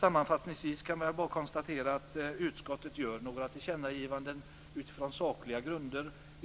Sammanfattningsvis kan jag konstatera att utskottet gör några tillkännagivanden utifrån sakliga grunder.